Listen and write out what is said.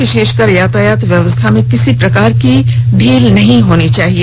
विशेषकार यातायात व्यवस्था में किसी प्रकार की ढील नहीं होनी चाहिए